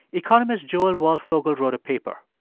economist joel waldfogel wrote a paper.